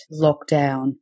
lockdown